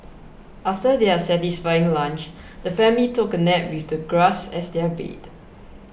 after their satisfying lunch the family took a nap with the grass as their bed